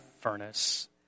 furnace